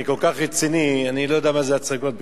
אני כל כך רציני, אני לא יודע מה זה הצגות בכלל.